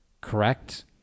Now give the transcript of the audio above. correct